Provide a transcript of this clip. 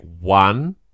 one